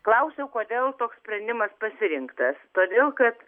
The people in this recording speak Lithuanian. klausiau kodėl toks sprendimas pasirinktas todėl kad